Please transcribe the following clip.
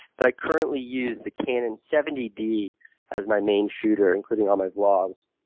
but i currently use the canon seventy d as my main shooter, including all my vlogs.